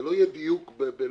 זה לא יהיה דיוק לא